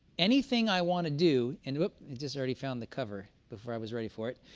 anything i want to do, and whoop, it just already found the cover before i was ready for it.